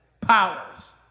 powers